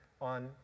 on